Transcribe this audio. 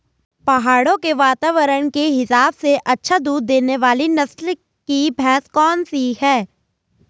पहाड़ों के वातावरण के हिसाब से अच्छा दूध देने वाली नस्ल की भैंस कौन सी हैं?